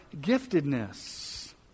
giftedness